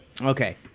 Okay